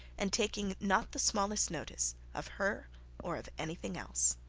and taking not the smallest notice of her or of anything else.